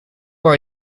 are